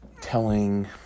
telling